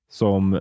som